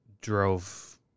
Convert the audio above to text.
drove